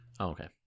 okay